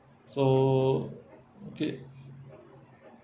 so okay